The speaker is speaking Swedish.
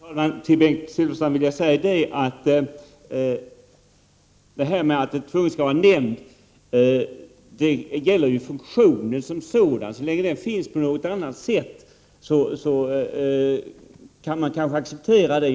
Fru talman! Till Bengt Silfverstrand vill jag säga att det inte tvunget måste vara en nämnd. Det gäller ju funktionen som sådan, och så länge den finns på något annat sätt kan man kanske acceptera detta.